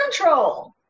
control